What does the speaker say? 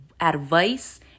advice